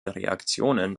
reaktionen